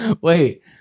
wait